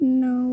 no